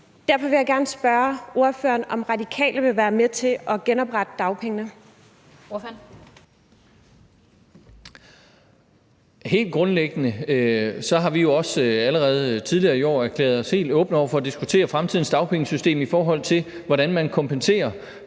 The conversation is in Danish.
formand (Annette Lind): Ordføreren. Kl. 13:51 Morten Østergaard (RV): Helt grundlæggende har vi også allerede tidligere i år erklæret os helt åbne over for at diskutere fremtidens dagpengesystem i forhold til, hvordan man kompenserer,